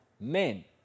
Men